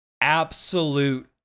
Absolute